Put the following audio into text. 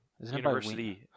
University